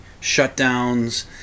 shutdowns